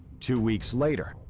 two weeks later,